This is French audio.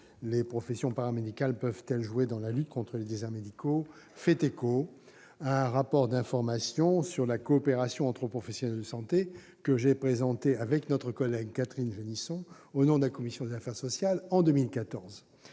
les professions paramédicales pourraient jouer dans la lutte contre les déserts médicaux fait écho à un rapport d'information sur la coopération entre professionnels de santé que j'ai présenté, avec notre collègue Catherine Génisson, au nom de la commission des affaires sociales en 2014.